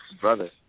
brother